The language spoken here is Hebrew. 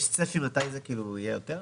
יש צפי מתי זה יהיה יותר?